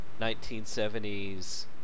1970s